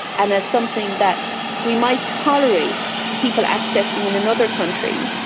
and as something that we might tolerate people accessing in another country,